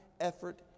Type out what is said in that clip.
effort